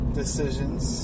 decisions